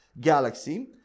galaxy